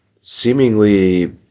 seemingly